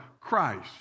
Christ